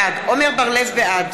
בעד